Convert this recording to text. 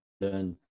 learn